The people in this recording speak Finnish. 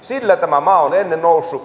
sillä tämä maa on ennen noussut